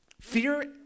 Fear